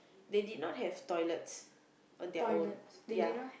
they did not have toilets on their own ya